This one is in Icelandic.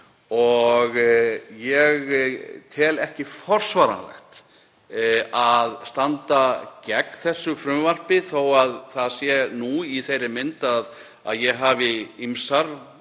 og ég tel ekki forsvaranlegt að standa gegn frumvarpinu þó að það sé nú í þeirri mynd að ég hafi ýmsar og